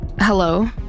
Hello